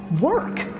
work